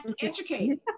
Educate